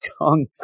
tongue